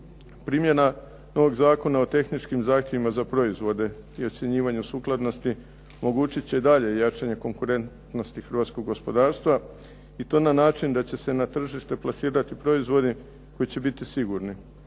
Primjena novog Zakona o tehničkim zahtjevima za proizvode i ocjenjivanje sukladnosti omogućit će dalje jačanje konkurentnosti hrvatskog gospodarstva i to na način da će se na tržište plasirati proizvodi koji će biti sigurni,